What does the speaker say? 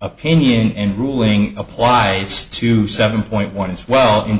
opinion and ruling applies to seven point one as well in